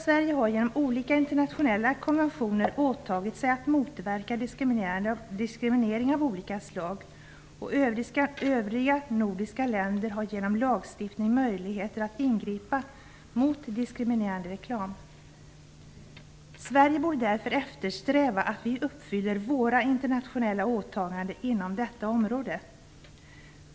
Sverige har genom olika internationella konventioner åtagit sig att motverka diskriminering av olika slag. Övriga nordiska länder har genom lagstiftning möjligheter att ingripa mot diskriminerande reklam. Sverige borde därför eftersträva att vi uppfyller våra internationella åtaganden inom detta område.